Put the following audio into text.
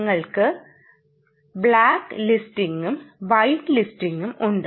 ഞങ്ങൾക്ക് ബ്ലാക്ക് ലിസ്റ്റിംഗും വൈറ്റ് ലിസ്റ്റിംഗും ഉണ്ട്